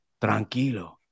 tranquilo